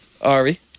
Ari